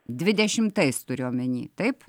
dvidešimtais turiu omeny taip